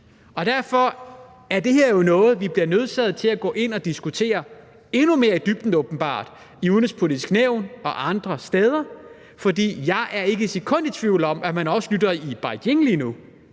Derfor er det her jo åbenbart noget, at vi bliver nødsaget til at gå ind og diskutere endnu mere i dybden i Det Udenrigspolitiske Nævn og andre steder, for jeg er ikke et sekund i tvivl om, at man også lige nu